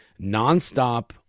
nonstop